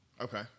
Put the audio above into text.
Okay